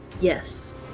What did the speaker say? Yes